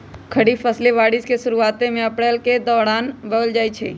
खरीफ फसलें बारिश के शुरूवात में अप्रैल मई के दौरान बोयल जाई छई